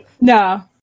No